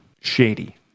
shady